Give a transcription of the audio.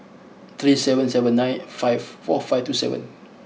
three seven seven nine four five two seven